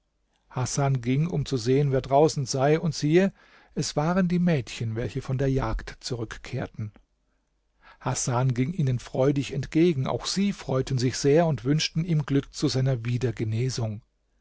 hasan ging um zu sehen wer draußen sei und siehe es waren die mädchen welche von der jagd zurückkehrten hasan ging ihnen freudig entgegen auch sie freuten sich sehr und wünschten ihm glück zu seiner